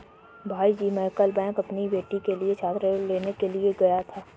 भाईजी मैं कल बैंक अपनी बेटी के लिए छात्र ऋण लेने के लिए गया था